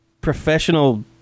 Professional